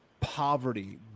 poverty